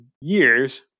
years